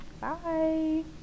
Bye